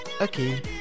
okay